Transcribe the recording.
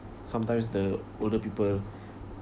sometimes the older people